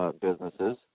businesses